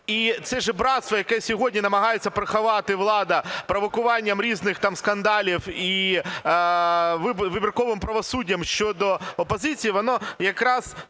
І це жебрацтво, яке сьогодні намагається приховати влада провокуванням різних там скандалів і вибірковим правосуддям щодо опозиції, воно якраз